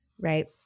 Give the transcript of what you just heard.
right